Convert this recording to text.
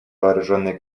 вооруженной